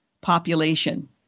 population